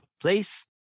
place